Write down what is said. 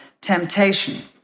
temptation